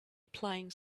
applying